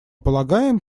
полагаем